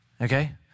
Okay